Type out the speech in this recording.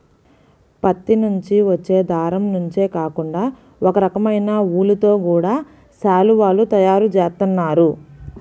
పత్తి నుంచి వచ్చే దారం నుంచే కాకుండా ఒకరకమైన ఊలుతో గూడా శాలువాలు తయారు జేత్తన్నారు